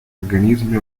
organismi